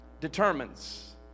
determines